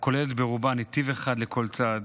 הכוללת ברובה נתיב אחד לכל צד,